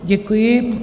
Děkuji.